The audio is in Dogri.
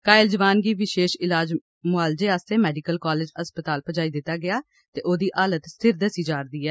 घायल जुआन गी विशेष ईलाज मुआलजे आस्तै मेडिकल कालेज अस्पताल पजाई दित्ता गेदा ऐ ते ओह्दी हालत स्थिर दस्सी जा'रदी ऐ